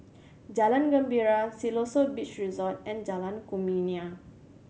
Jalan Gembira Siloso Beach Resort and Jalan Kumia